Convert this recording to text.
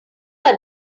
are